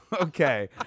okay